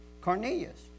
Cornelius